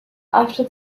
after